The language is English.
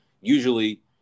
Usually